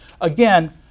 Again